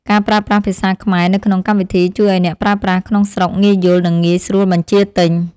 ការប្រើប្រាស់ភាសាខ្មែរនៅក្នុងកម្មវិធីជួយឱ្យអ្នកប្រើប្រាស់ក្នុងស្រុកងាយយល់និងងាយស្រួលបញ្ជាទិញ។